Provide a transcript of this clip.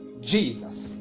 Jesus